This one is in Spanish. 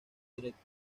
directo